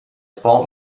fault